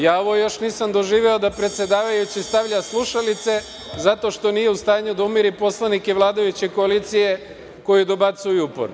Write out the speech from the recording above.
Ja ovo još nisam doživeo da predsedavajući stavlja slušalice, zato što nije u stanju da umiri poslanike vladajuće koalicije koji dobacuju uporno.